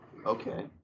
Okay